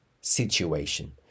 situation